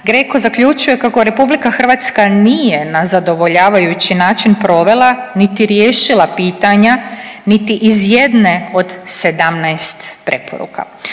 GRECO zaključuje kako RH nije na zadovoljavajući način provela niti riješila pitanja niti iz jedne od 17 preporuka.